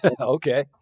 Okay